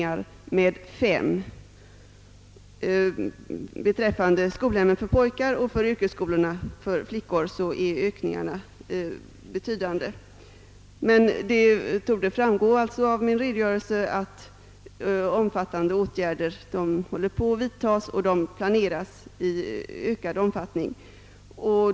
Beträffande skolhemmen för pojkar och yrkesskolorna för flickor är ökningarna betydande. Det torde framgå av min redogörelse att omfattande åtgärder vidtas och dessa planeras öka i omfattning.